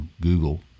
Google